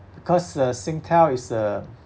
because uh Singtel is a